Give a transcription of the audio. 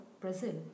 Brazil